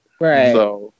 Right